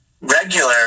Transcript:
regular